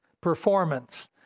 performance